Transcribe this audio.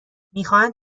میخواهند